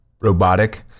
robotic